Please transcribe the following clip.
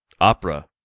opera